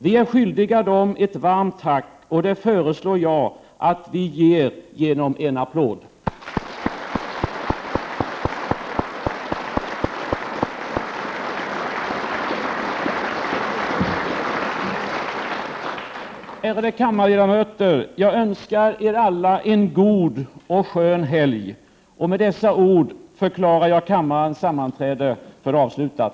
Vi är skyldiga dem ett varmt tack, och det föreslår jag att vi ger genom en applåd. Ärade kammarledamöter! Jag önskar Er alla en god öch skön helg! Med dessa ord förklarar jag kammarens sammanträde för avslutat.